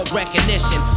recognition